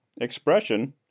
expression